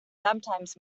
sometimes